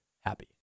happy